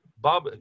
Bob